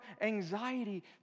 anxiety